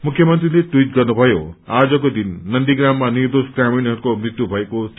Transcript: मुख्यमन्त्रीले ट्वीट गर्नुभयो आजको दिन नन्दीग्राममा निर्दोष ग्रामीणहरूको मृत्यु भएको थियो